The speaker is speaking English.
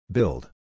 Build